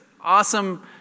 awesome